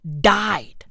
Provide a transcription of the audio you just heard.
died